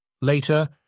Later